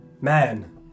man